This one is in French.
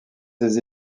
ses